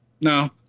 No